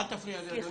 אל תפריע לי, אדוני.